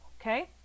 Okay